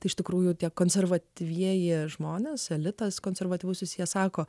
tai iš tikrųjų tie konservatyvieji žmonės elitas konservatyvusis jie sako